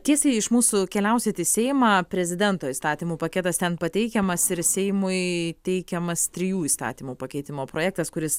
tiesiai iš mūsų keliausit į seimą prezidento įstatymų paketas ten pateikiamas ir seimui teikiamas trijų įstatymų pakeitimo projektas kuris